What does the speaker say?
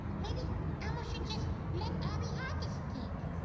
maybe elmo should just let abby have the stick.